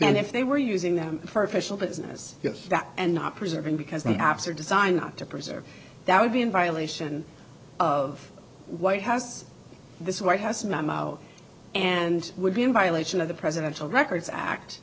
and if they were using them for official business that and not preserving because the apps are designed not to preserve that would be in violation of white house this white house and i'm out and would be in violation of the presidential records act